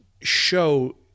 show